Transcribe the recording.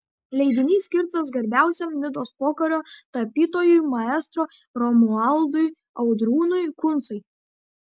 leidinys skirtas garbiausiam nidos pokario tapytojui maestro romualdui audrūnui kuncai